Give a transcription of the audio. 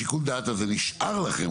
שיקול הדעת הזה נשאר לכם,